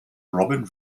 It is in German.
robin